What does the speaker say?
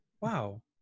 Wow